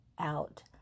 out